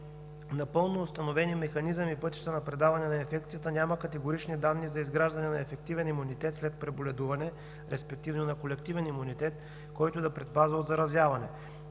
напълно установени механизъм и пътища на предаване на инфекцията, няма категорични данни за изграждане на ефективен имунитет след преболедуване, респективно на колективен имунитет, който да предпазва от заразяване.